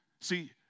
See